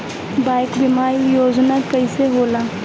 Bike बीमा योजना कैसे होई?